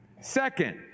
Second